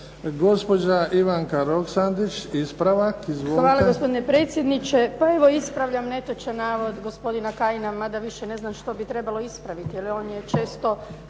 gospodina Kajina,